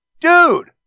dude